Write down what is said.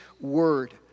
word